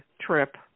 trip